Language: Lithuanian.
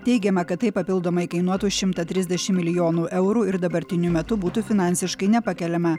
teigiama kad tai papildomai kainuotų šimtą trisdešimt milijonų eurų ir dabartiniu metu būtų finansiškai nepakeliama